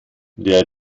der